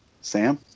Sam